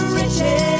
riches